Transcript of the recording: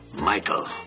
Michael